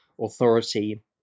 authority